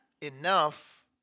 enough